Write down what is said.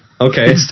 Okay